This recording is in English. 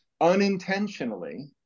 unintentionally